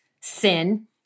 sin